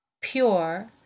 pure